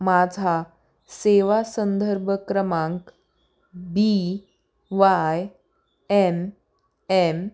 माझा सेवा संदर्भ क्रमांक बी वाय एम एम